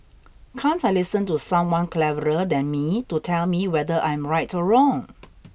can't I listen to someone cleverer than me to tell me whether I'm right or wrong